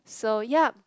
so ya